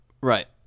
Right